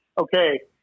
okay